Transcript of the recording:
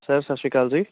sir ਸਤਿ ਸ਼੍ਰੀ ਅਕਾਲ ਜੀ